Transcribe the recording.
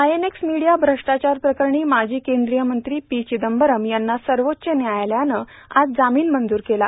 I N X media भ्रष्टाचार प्रकरणी माजी केंद्रीय मंत्री पी चिदंबरम यांना सर्वोच्च न्यायालयानं आज जामीन मंजूर केला